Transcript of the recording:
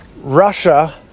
Russia